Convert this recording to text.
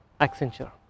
Accenture